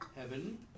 Heaven